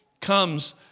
comes